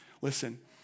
Listen